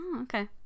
okay